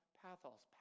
pathos